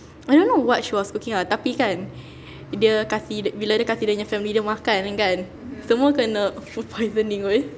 I don't know what she was cooking ah tapi kan dia kasi bila dia kasi family dia makan kan semua kena food poisoning